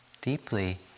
deeply